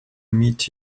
meet